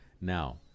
Now